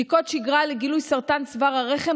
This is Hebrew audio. בדיקות שגרה לגילוי סרטן צוואר הרחם